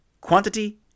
Quantity